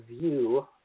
view